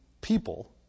people